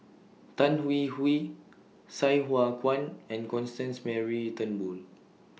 Tan Hwee Hwee Sai Hua Kuan and Constance Mary Turnbull